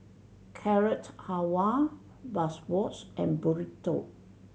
Carrot Halwa Bratwurst and Burrito